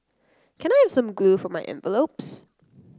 can I have some glue for my envelopes